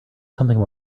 something